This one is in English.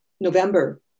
November